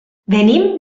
venim